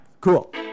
Cool